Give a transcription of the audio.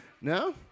No